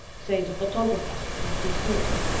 say the photographer, might be snakes.